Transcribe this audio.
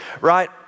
right